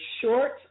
short